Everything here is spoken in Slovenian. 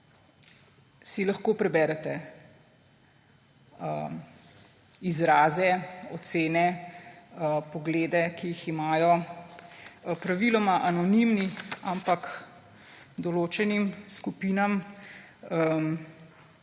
si lahko preberete izraze, ocene, poglede, ki jih imajo praviloma anonimni, ampak določenim skupinam